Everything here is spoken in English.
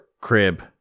crib